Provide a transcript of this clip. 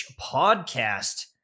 podcast